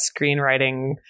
screenwriting